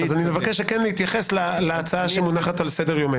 אני מבקש להתייחס להצעה שמונחת על סדר-יומנו.